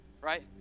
right